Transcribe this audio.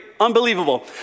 Unbelievable